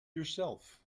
yourself